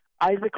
Isaac